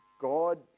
God